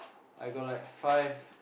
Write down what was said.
I got like five